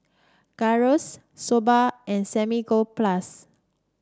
Gyros Soba and Samgyeopsal